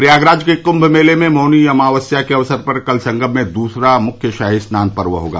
प्रयागराज के कुम्भ मेले में मौनी अमावस्या के अवसर पर कल संगम में दूसरा मुख्य शाही स्नान पर्व होगा